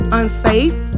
unsafe